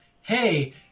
Hey